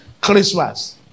Christmas